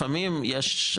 לפעמים יש,